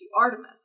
Artemis